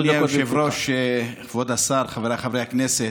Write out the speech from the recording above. אדוני היושב-ראש, כבוד השר, חבריי חברי הכנסת,